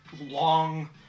long